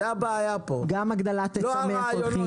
זה הבעיה פה --- גם הגדלת מי קולחים,